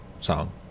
song